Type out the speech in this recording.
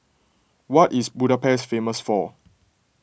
what is Budapest famous for